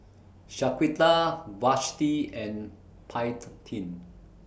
Shaquita Vashti and Paityn